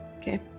Okay